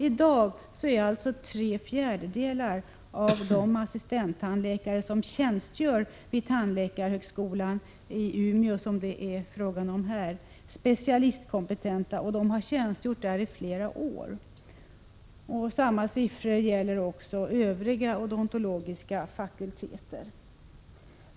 I dag har tre fjärdedelar av de assistenttandläkare som tjänstgör vid tandläkarhögskolan i Umeå specialistkompetens, och de har tjänstgjort där i flera år. Motsvarande siffror gäller för övriga odontologiska fakulteter.